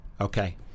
okay